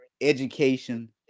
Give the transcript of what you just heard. education